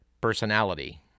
personality